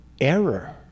error